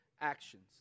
actions